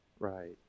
Right